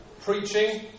preaching